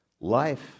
life